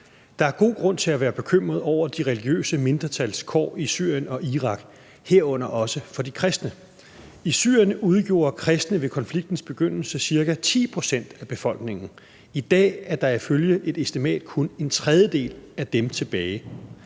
Der er god grund til at være bekymret over de religiøse mindretals kår i Syrien og i Irak, herunder også de kristnes. I Syrien udgjorde kristne ved konfliktens begyndelse ca. 10 pct. af befolkningen. I dag er der ifølge et estimat kun en tredjedel af dem tilbage.